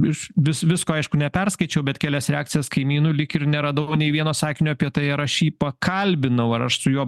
iš vis visko aišku neperskaičiau bet kelias reakcijas kaimynų lyg ir neradau nei vieno sakinio apie tai ar aš jį pakalbinau ar aš su juo